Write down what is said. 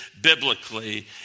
biblically